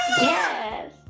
Yes